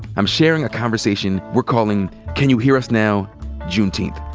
i'm sharing a conversation we're calling can you hear us now juneteenth,